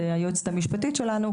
היועצת המשפטית שלנו,